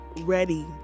ready